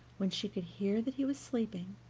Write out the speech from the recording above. when she could hear that he was sleeping,